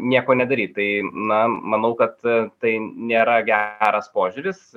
nieko nedaryt tai na manau kad tai nėra geras požiūris